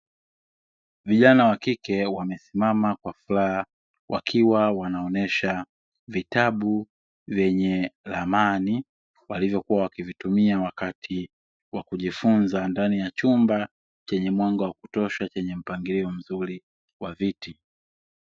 Vijana wakike wamesimama Kwa furaha wakiwa wanaonyesha vitabu vyenye Ramani walivyokuwa wanavitumia wakujifunza ndani ya chumba chenye mwanga wa kutosha chenye mpangilio mzuri wa viti.